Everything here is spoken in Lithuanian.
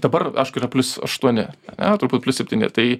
dabar aišku yra plius aštuoni ane turbūt plius septyni tai